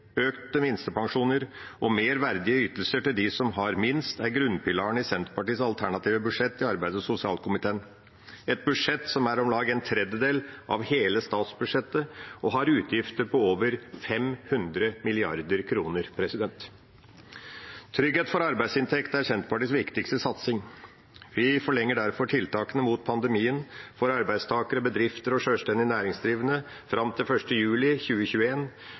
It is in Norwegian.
økte minstepensjoner og mer verdige ytelser til dem som har minst, er grunnpilaren i Senterpartiets alternative budsjett i arbeids- og sosialkomiteen – et budsjett som er om lag en tredjedel av hele statsbudsjettet og har utgifter på over 500 mrd. kr. Trygghet for arbeidsinntekt er Senterpartiets viktigste satsing. Vi forlenger derfor tiltakene mot pandemien, for arbeidstakere, bedrifter og sjølstendig næringsdrivende fram til 1. juli